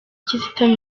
kizito